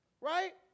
right